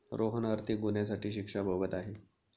रोहन आर्थिक गुन्ह्यासाठी शिक्षा भोगत आहे